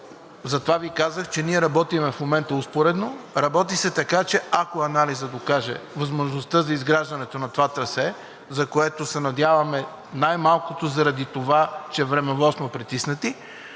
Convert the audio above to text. Затова Ви казах, че ние работим в момента успоредно, работи се, така че, ако анализът покаже възможността за изграждането на това трасе, за което се надяваме, най-малкото заради това, че времево сме притиснати,